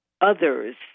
others